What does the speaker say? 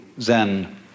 Zen